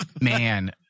Man